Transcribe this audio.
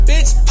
Bitch